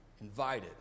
Invited